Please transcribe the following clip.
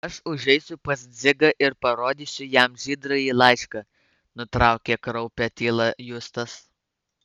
aš užeisiu pas dzigą ir parodysiu jam žydrąjį laišką nutraukė kraupią tylą justas